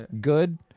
good